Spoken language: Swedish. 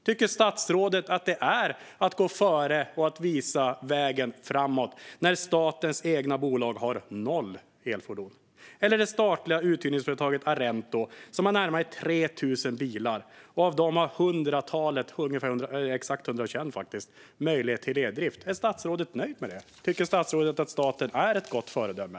Tycker statsrådet att det är att gå före och visa vägen framåt när statens egna bolag har noll elfordon? Det statliga uthyrningsföretaget Arento har närmare 3 000 bilar. Av dem har ett hundratal - exakt 121, faktiskt - möjlighet till eldrift. Är statsrådet nöjd med det? Tycker statsrådet att staten är ett gott föredöme?